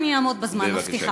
אני אעמוד בזמן, מבטיחה.